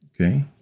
Okay